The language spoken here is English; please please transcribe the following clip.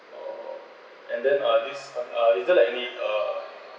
oh and then uh this uh is there like any uh